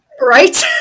right